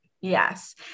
Yes